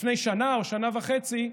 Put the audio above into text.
משום שלפני שנה או שנה וחצי,